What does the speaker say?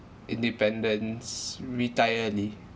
independence retire early